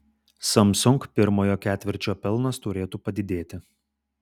samsung pirmojo ketvirčio pelnas turėtų padidėti